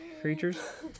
creatures